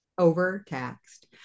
overtaxed